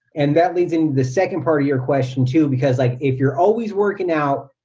and that leads into the second part of your question too, because like if you're always working out,